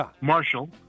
Marshall